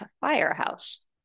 Firehouse